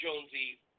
Jonesy